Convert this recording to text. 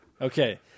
Okay